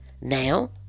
Now